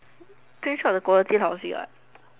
that is what the quality house ya